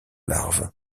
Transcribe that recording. larves